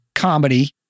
comedy